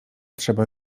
trzeba